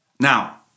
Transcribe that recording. Now